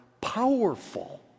powerful